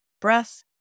breath